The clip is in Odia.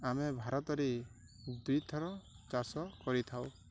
ଆମେ ଭାରତରେ ଦୁଇଥର ଚାଷ କରିଥାଉ